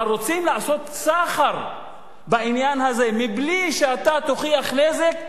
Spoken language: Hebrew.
אבל רוצים לעשות סחר בעניין הזה: בלי שאתה תוכיח נזק,